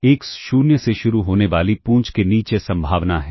x शून्य से शुरू होने वाली पूंछ के नीचे संभावना है